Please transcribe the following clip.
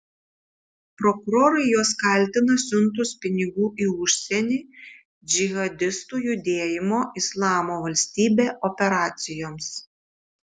prokurorai juos kaltina siuntus pinigų į užsienį džihadistų judėjimo islamo valstybė operacijoms